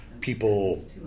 people